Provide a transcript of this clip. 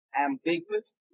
ambiguous